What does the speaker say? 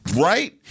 Right